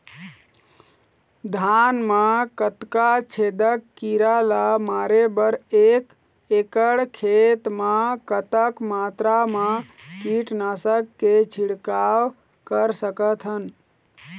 धान मा कतना छेदक कीरा ला मारे बर एक एकड़ खेत मा कतक मात्रा मा कीट नासक के छिड़काव कर सकथन?